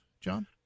John